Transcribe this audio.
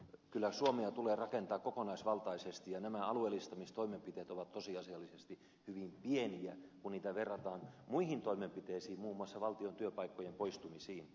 kyllä suomea tulee rakentaa kokonaisvaltaisesti ja nämä alueellistamistoimenpiteet ovat tosiasiallisesti hyvin pieniä kun niitä verrataan muihin toimenpiteisiin muun muassa valtion työpaikkojen poistumisiin